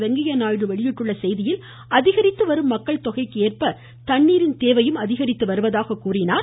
வெங்கைய நாயுடு வெளியிட்டுள்ள செய்தியில் அதிகரித்துவரும் மக்கள் தொகைக்கேற்ப தண்ணீரின் தேவையும் அதிகரித்துவருவதாக கூறினார்